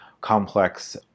complex